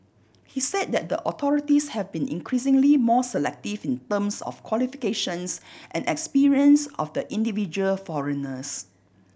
he said that the authorities have been increasingly more selective in terms of qualifications and experience of the individual foreigners